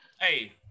Hey